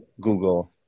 Google